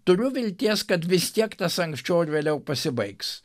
turiu vilties kad vis tiek tas anksčiau ar vėliau pasibaigs